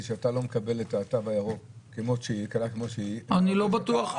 שאתה לא מקבל את התו הירוק כמו שהוא --- אני לא בטוח.